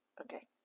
Okay